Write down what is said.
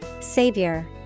Savior